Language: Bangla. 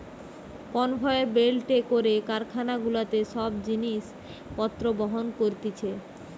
কনভেয়র বেল্টে করে কারখানা গুলাতে সব জিনিস পত্র বহন করতিছে